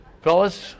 Fellas